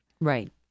Right